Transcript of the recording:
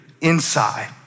inside